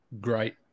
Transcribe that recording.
great